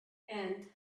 and